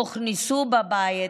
הן הוכנסו אל הבית,